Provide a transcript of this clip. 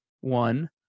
one